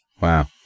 Wow